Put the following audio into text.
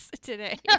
today